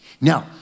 Now